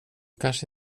kanske